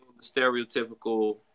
stereotypical